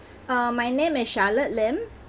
um my name is charlotte lim